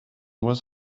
was